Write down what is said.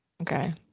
Okay